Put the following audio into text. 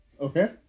Okay